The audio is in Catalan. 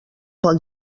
pel